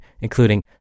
including